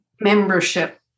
membership